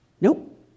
nope